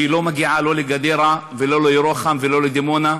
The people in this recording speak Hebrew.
והיא לא מגיעה לא לגדרה ולא לירוחם ולא לדימונה,